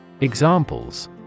Examples